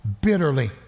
bitterly